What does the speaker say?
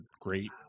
great